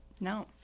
No